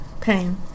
Pain